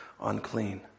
unclean